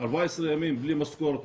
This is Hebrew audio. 14 ימים בלי משכורת,